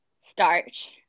starch